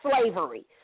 slavery